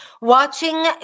Watching